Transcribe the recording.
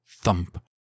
thump